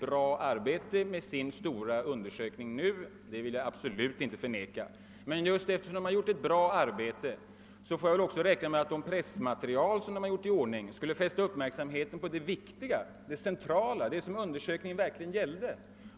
Jag vill inte förneka att SPK gjorde ett bra arbete i sin stora undersökning, men just därför har man väl anledning räkna med att det pressmaterial som iordningställdes fäster uppmärksamheten på det viktiga och centrala, dvs. det som «undersökningen verkligen gällde.